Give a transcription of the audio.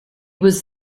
was